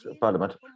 parliament